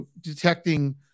detecting